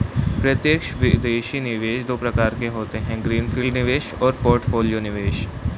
प्रत्यक्ष विदेशी निवेश दो प्रकार के होते है ग्रीन फील्ड निवेश और पोर्टफोलियो निवेश